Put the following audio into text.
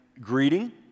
greeting